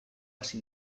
hasi